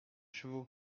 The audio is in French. chevaux